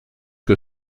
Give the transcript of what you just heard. que